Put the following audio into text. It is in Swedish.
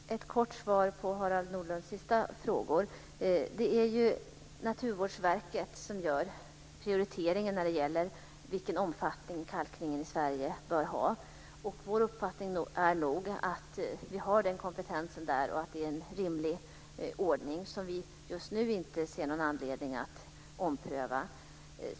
Fru talman! Ett kort svar på Harald Nordlund sista frågor. Det är Naturvårdsverket som gör prioriteringen när det gäller vilken omfattning kalkningen i Sverige bör ha. Vår uppfattning är att vi har den kompetensen där och att det är en rimlig ordning, som vi just nu inte ser någon anledning att ompröva.